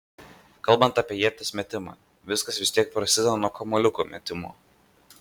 kalbant apie ieties metimą viskas vis tiek prasideda nuo kamuoliuko metimo